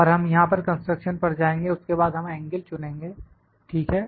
और हम यहां पर कंस्ट्रक्शन पर जाएंगे उसके बाद हम एंगिल चुनेंगे ठीक है